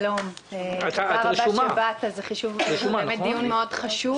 שלום, תודה רבה שבאת, זה באמת דיון חשוב מאוד.